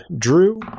Drew